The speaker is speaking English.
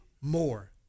more